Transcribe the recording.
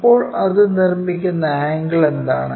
അപ്പോൾ അത് നിർമ്മിക്കുന്ന ആംഗിൾ എന്താണ്